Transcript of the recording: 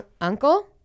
Uncle